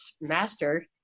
master